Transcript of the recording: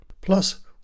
Plus